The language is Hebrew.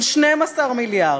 של 12 מיליארד.